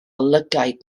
lygaid